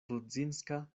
rudzinska